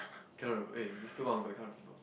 cannot remember eh it's too long ago I can't remember